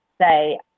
say